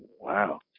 Wow